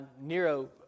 Nero